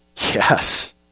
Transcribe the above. Yes